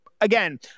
again